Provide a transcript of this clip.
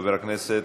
חבר הכנסת,